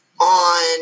on